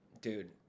Dude